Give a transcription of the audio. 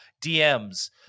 DMS